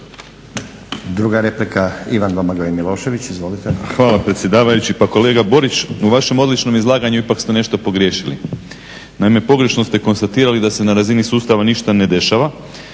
**Milošević, Domagoj Ivan (HDZ)** Hvala predsjedavajući. Pa kolega Borić u vašem odličnom izlaganju ipak ste nešto pogriješili. Naime, pogrešno ste konstatirali da se na razini sustava ništa ne dešava.